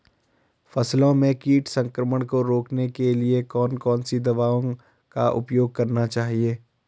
फसलों में कीट संक्रमण को रोकने के लिए कौन कौन सी दवाओं का उपयोग करना चाहिए?